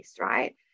right